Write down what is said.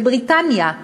בבריטניה,